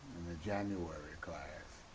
the january class.